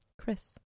Chris